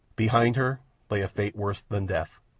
behind her lay a fate worse than death,